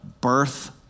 birth